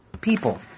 people